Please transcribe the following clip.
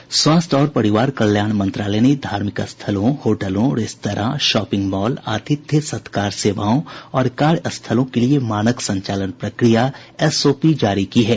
स्वास्थ्य और परिवार कल्याण मंत्रालय ने धार्मिक स्थलों होटलों रेस्तरां शोपिंग मॉल आतिथ्य सत्कार सेवाओं और कार्यस्थलों के लिए मानक संचालन प्रक्रिया एसओपी जारी की है